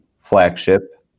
Flagship